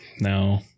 No